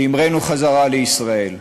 והמראנו חזרה לישראל.